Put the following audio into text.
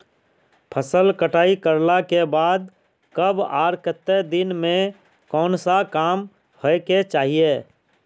फसल कटाई करला के बाद कब आर केते दिन में कोन सा काम होय के चाहिए?